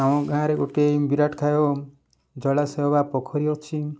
ଆମ ଗାଁରେ ଗୋଟିଏ ବିରାଟକାୟ ଜଳାଶୟ ବା ପୋଖରୀ ଅଛି